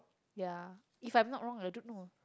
ya if I'm not wrong I don't know